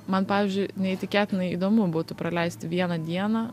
man pavyzdžiui neįtikėtinai įdomu būtų praleisti vieną dieną